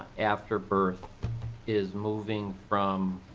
after birth is moving from